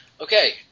okay